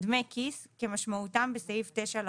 "דמי כיס" - כמשמעותם בסעיף 9 לחוק;"